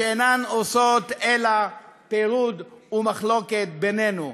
שאינן עושות אלא פירוד ומחלוקת בינינו.